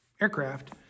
aircraft